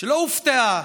שלא הופתעה,